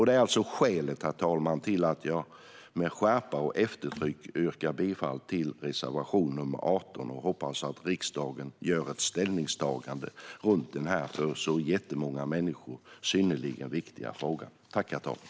Det är alltså skälet, herr talman, till att jag med skärpa och eftertryck yrkar bifall till reservation 18. Jag hoppas att riksdagen gör ett ställningstagande för denna synnerligen viktiga fråga för många människor.